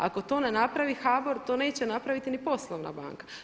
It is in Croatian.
Ako to ne napravi HBOR to neće napraviti ni poslovna banka.